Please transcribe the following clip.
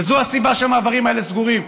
זו הסיבה שהמעברים האלה סגורים.